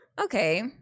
Okay